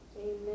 Amen